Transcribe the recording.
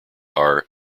are